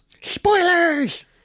spoilers